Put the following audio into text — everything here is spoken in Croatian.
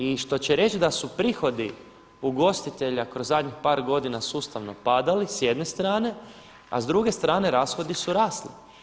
I što će reći da su prihodi ugostitelja kroz zadnjih par godina sustavno padali s jedne strane, a s druge strane rashodi su rasli.